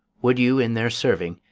would you, in their serving,